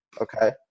okay